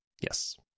Yes